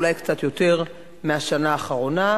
אולי קצת יותר מהשנה האחרונה,